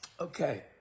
Okay